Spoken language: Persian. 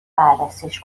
بررسیش